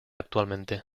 actualmente